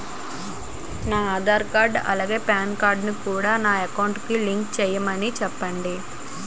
నా ఆధార్ కార్డ్ అలాగే PAN card కూడా నా అకౌంట్ కి లింక్ చేయమని చెప్పండి